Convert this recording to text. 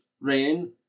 rain